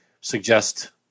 suggest